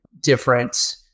different